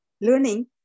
learning